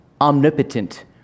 omnipotent